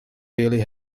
really